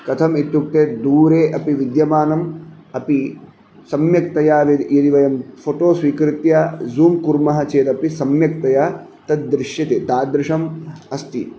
कथम् इत्युक्ते दूरे अपि विद्यमानम् अपि सम्यक्तया य यदि वयं फ़ोटो स्वीकृत्य ज़ूं कुर्मः चेदपि सम्यक्तया तद्दृश्यते तादृशम् अस्ति